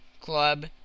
club